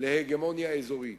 להגמוניה אזורית.